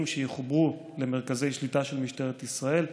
שיחוברו למרכזי שליטה של משטרת ישראל.